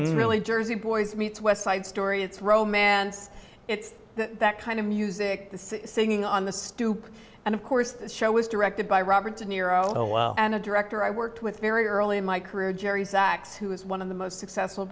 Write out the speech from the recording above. broadway really jersey boys meets west side story it's romance it's that kind of music the singing on the stoop and of course the show was directed by robert de niro well and a director i worked with very early in my career gerry sachs who is one of the most successful